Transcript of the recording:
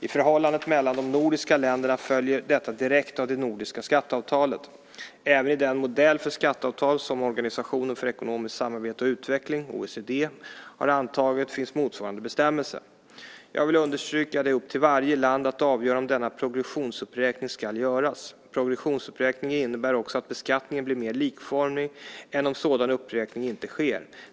I förhållandet mellan de nordiska länderna följer detta direkt av det nordiska skatteavtalet. Även i den modell för skatteavtal som Organisationen för ekonomiskt samarbete och utveckling, OECD, har antagit finns motsvarande bestämmelse. Jag vill understryka att det är upp till varje land att avgöra om denna progressionsuppräkning ska göras. Progressionsuppräkning innebär också att beskattningen blir mer likformig än om sådan uppräkning inte sker.